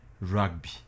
Rugby